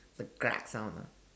the sound ah